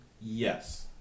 Yes